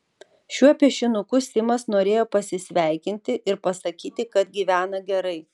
šiuo piešinuku simas norėjo pasisveikinti ir pasakyti kad gyvena gerai